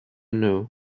know